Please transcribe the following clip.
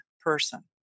person